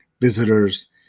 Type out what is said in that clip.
visitors